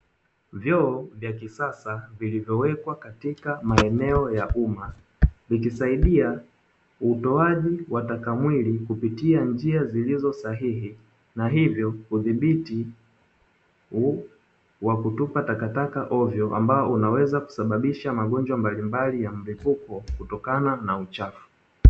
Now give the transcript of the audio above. Vyoo vya kisasa vilivyowekwa katika maeneo ya umma, vikisaidia utoaji wa taka mwili kupitia njia zilizo sahihi, na hivyo kudhibiti wa kutupa takataka ovyo ambao unaweza kusababisha magonjwa mbalimbali ya mlipuko kutokana na uchafu.